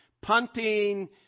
Punting